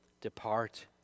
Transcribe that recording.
depart